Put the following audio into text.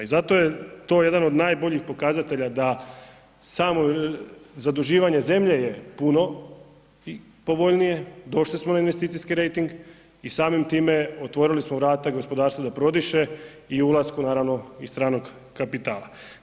I zato je to jedan od najboljih pokazatelja da samo zaduživanje zemlje je puno povoljnije, došli smo na investicijski rejting i samim time otvorili smo vrata gospodarstvu da prodiše i ulasku stranog kapitala.